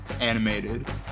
animated